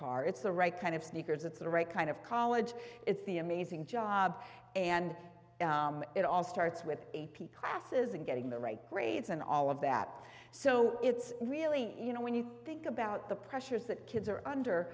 car it's the right kind of sneakers it's the right kind of college it's the amazing job and it all starts with a p classes and getting the right grades and all of that so it's really you know when you think about the pressures that kids are under